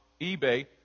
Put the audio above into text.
eBay